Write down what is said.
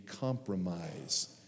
compromise